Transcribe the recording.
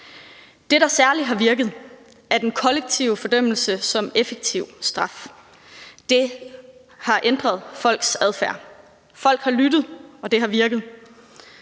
Det, der særlig har virket som effektiv straf, er den kollektive fordømmelse. Det har ændret folks adfærd. Folk har lyttet, og det har virket.